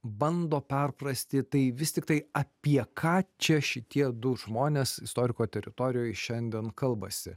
bando perprasti tai vis tiktai apie ką čia šitie du žmonės istoriko teritorijoj šiandien kalbasi